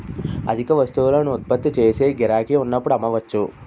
అధిక వస్తువులను ఉత్పత్తి చేసి గిరాకీ ఉన్నప్పుడు అమ్మవచ్చు